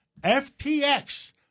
FTX